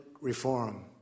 reform